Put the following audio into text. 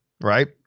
right